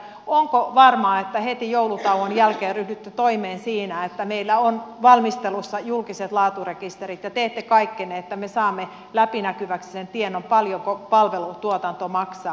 onko varmaa että heti joulutauon jälkeen ryhdytte toimeen siinä että meillä on valmistelussa julkiset laaturekisterit ja teette kaikkenne että me saamme läpinäkyväksi sen tiedon paljonko palvelutuotanto maksaa